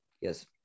yes